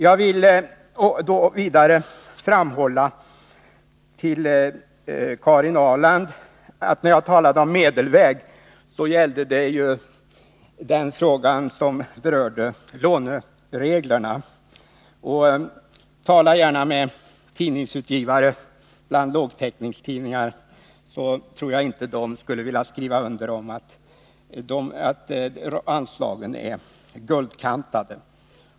Jag vill för Karin Ahrland framhålla att när jag talade om medelväg gällde det den fråga som berörde lånereglerna. Tala gärna med tidningsutgivare av lågtäckningstidningar! Jag tror inte att de skulle vilja skriva under på att anslagen är guldkantade.